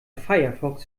firefox